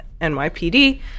NYPD